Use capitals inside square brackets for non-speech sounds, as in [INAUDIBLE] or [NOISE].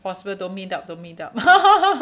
possible don't meet up don't meet up [LAUGHS]